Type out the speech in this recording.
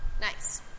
Nice